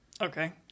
Okay